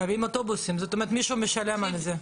מביאים אוטובוסים, זאת אומרת מישהו משלם על זה.